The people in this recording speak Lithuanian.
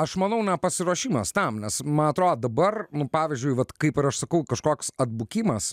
aš manau nepasiruošimas tam nes man atrodo dabar nu pavyzdžiui vat kaip ir aš sakau kažkoks atbukimas